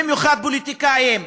במיוחד פוליטיקאים.